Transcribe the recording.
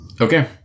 Okay